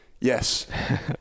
yes